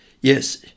Yes